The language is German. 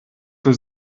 für